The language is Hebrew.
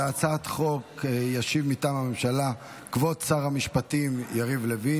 על הצעת החוק ישיב מטעם הממשלה כבוד שר המשפטים יריב לוין.